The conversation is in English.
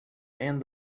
and